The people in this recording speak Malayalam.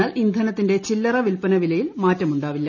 എന്നാൽ ഇന്ധനത്തിന്റെ ചില്ലറ വിൽപ്പനവിലയിൽ മാറ്റമുണ്ടാവില്ല